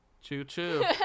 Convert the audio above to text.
Choo-choo